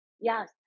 yes